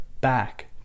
back